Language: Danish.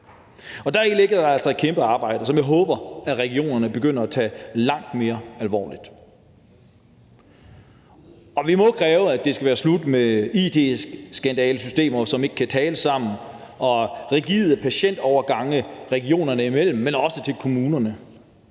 Deri ligger der altså et kæmpe arbejde, som jeg håber regionerne begynder at tage langt mere alvorligt. Vi må kræve, at det skal være slut med it-skandalesystemer, som ikke kan tale sammen, og rigide patientovergange regionerne imellem, men også i forhold til kommunerne.